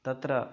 तत्र